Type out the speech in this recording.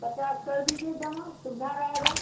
पचास कर दीजिए जमा सुविधा रहेगी